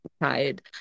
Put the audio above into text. tired